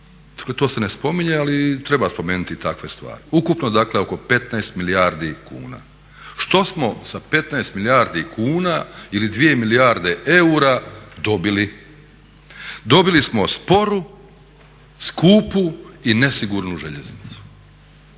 to se ne spominje ali treba spomenuti i takve stvari. Ukupno dakle oko 15 milijardi kuna. Što smo sa 15 milijardi kuna ili 2 milijarde eura dobili? Dobili smo sporu, skupu i nesigurnu željeznicu.